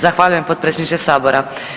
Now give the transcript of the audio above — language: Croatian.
Zahvaljujem potpredsjedniče Sabora.